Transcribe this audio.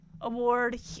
award